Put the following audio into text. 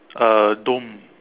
uh dome